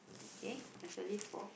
okay there's a lift four